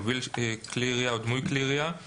כלי ירייה או המוביל כלי ירייה או דמוי כלי ירייה";